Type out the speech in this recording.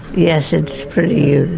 yes, it's pretty